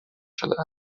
شده